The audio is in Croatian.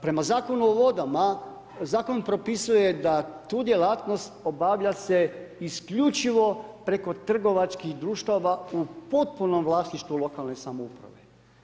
Prema Zakonu o vodama, zakon propisuje da tu djelatnost obavlja se isključivo preko trgovačkih društava u potpunom vlasništvu lokalne samouprave.